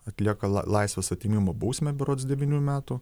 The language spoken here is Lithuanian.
atlieka la laisvės atėmimo bausmę berods devynių metų